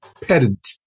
pedant